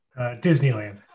Disneyland